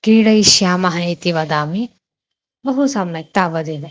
क्रीडयिष्यामः इति वदामि बहु सम्यक् तावदेव